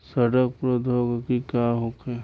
सड़न प्रधौगकी का होखे?